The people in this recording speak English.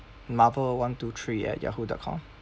marvel one two three at yahoo dot com